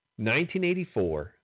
1984